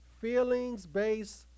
feelings-based